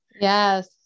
Yes